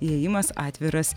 įėjimas atviras